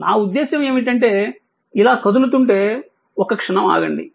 నా ఉద్దేశ్యం ఏమిటంటే ఇలా కదులుతుంటే ఒక క్షణం ఆగండి